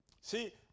See